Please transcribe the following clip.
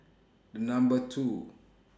Number two